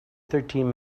thirteen